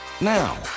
Now